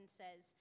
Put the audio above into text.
says